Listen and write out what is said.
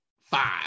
five